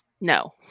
no